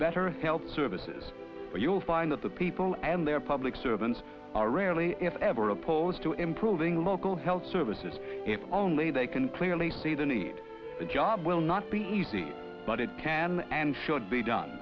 better health services you'll find that the people and their public servants are rarely if ever opposed to improving local health services if only they can clearly see the need the job will not be easy but it can and should be done